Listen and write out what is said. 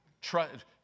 Trust